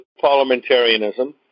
parliamentarianism